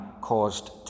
caused